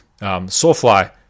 Soulfly